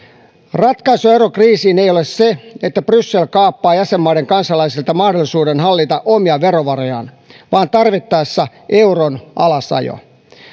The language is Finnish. ratkaisu eurokriisiin ei ole se että bryssel kaappaa jäsenmaiden kansalaisilta mahdollisuuden hallita omia verovarojaan vaan tarvittaessa euron alasajo